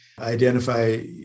identify